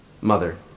mother